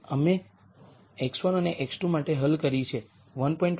અમે x1 અને x2 માટે હલ કરી છે 1